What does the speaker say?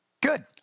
Good